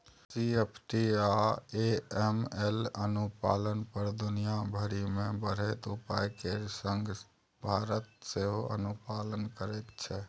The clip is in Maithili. सी.एफ.टी आ ए.एम.एल अनुपालन पर दुनिया भरि मे बढ़ैत उपाय केर संग भारत सेहो अनुपालन करैत छै